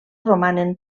romanen